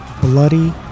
bloody